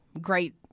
great